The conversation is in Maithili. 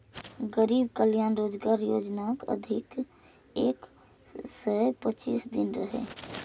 गरीब कल्याण रोजगार योजनाक अवधि एक सय पच्चीस दिन रहै